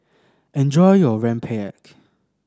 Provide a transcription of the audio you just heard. enjoy your Rempeyek